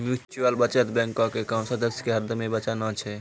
mutual बचत बैंको के काम सदस्य के हरदमे बचाना छै